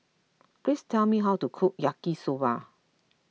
please tell me how to cook Yaki Soba